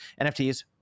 NFTs